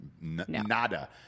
Nada